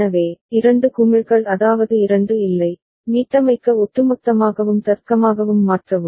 எனவே இரண்டு குமிழ்கள் அதாவது இரண்டு இல்லை மீட்டமைக்க ஒட்டுமொத்தமாகவும் தர்க்கமாகவும் மாற்றவும்